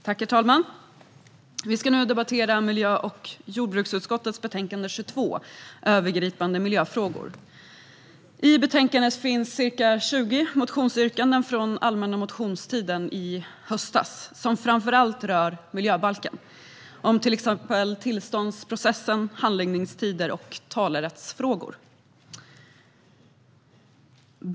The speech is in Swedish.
Herr talman! Vi ska nu debattera miljö och jordbruksutskottets betänkande 22 Övergripande miljöfrågor . I betänkandet finns ca 20 motionsyrkanden från allmänna motionstiden i höstas, som framför allt rör miljöbalken. Det handlar till exempel om tillståndsprocessen, handläggningstider och talerättsfrågor.